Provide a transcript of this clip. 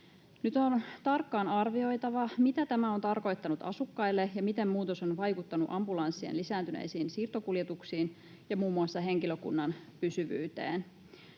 Nyt on tarkkaan arvioitava, mitä tämä on tarkoittanut asukkaille ja miten muutos on vaikuttanut ambulanssien lisääntyneisiin siirtokuljetuksiin ja muun muassa henkilökunnan pysyvyyteen.